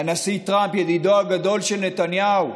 והנשיא טראמפ, ידידו הגדול של נתניהו,